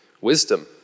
Wisdom